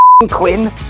Quinn